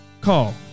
Call